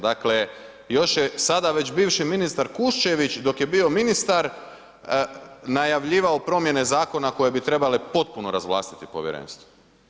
Dakle još je sada već bivši ministar Kuščević dok je bio ministar najavljivao promjene zakona koje bi trebale potpuno razvlastiti povjerenstvo.